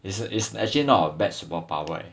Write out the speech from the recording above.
is is actually not bad superpower